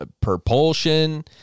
propulsion